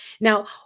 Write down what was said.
Now